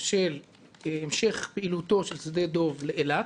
של המשך פעילותו של שדה דב לאילת